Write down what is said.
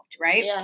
right